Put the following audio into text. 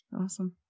awesome